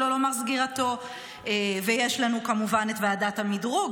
שלא לומר סגירתו, ויש לנו כמובן את ועדת המדרוג.